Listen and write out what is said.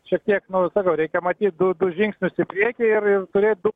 šiek tiek nu sakau reikia matyt du du žingsnius į priekį ir ir turėt du